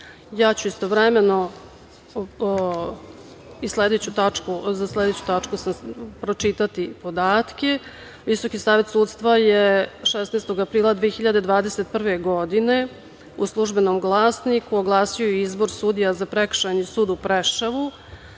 ću istovremeno i za sledeću tačku pročitati podatke. Visoki savet sudstva je 16. aprila 2021. godine u Službenom glasniku oglasio i izbor sudija za Prekršajni sud u